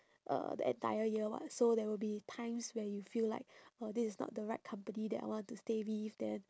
uh the entire year [what] so there will be times where you feel like uh this is not the right company that I want to stay with then